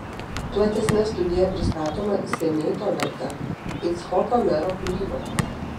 platesne studija pristatoma seniai to verta icchoko mero kūryba